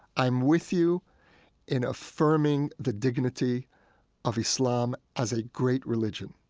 i'm with you in affirming the dignity of islam as a great religion,